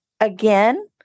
again